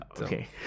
okay